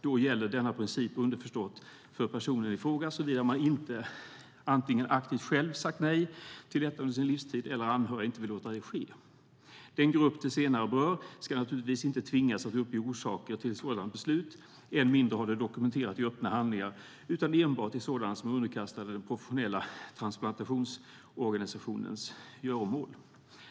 Då gäller denna princip underförstått för personen i fråga, såvida man inte antingen aktivt själv sagt nej till detta under sin livstid eller anhörig inte vill låta det ske. Den senare gruppen ska naturligtvis inte tvingas uppge orsaker till ett sådant beslut, än mindre få det dokumenterat i öppna handlingar utan enbart i sådana som är underkastade den professionella transplantationsorganisationens göromål.